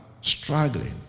struggling